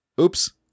oops